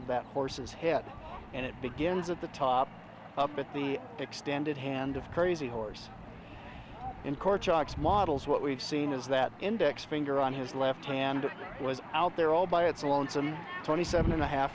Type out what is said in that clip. that horse's head and it begins at the top up at the extended hand of crazy horse and cart shocks models what we've seen is that index finger on his left hand was out there all by its lonesome twenty seven and a half